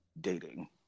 dating